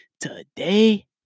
today